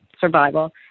survival